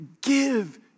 give